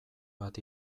bat